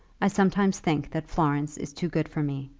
i sometimes think that florence is too good for me.